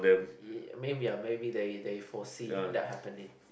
(ya) may maybe that you that you foresee that happen in